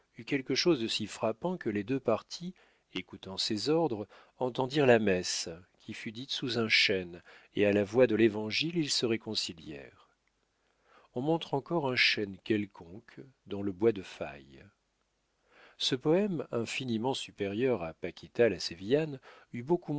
quelque chose de si frappant que les deux partis écoutant ses ordres entendirent la messe qui fut dite sous un chêne et à la voix de l'évangile ils se réconcilièrent on montre encore un chêne quelconque dans le bois de faye ce poème infiniment supérieur à paquita la sévillane eut beaucoup